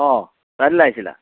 অঁ চৰাইদেউলৈ আহিছিলা